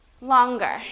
longer